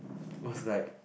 was like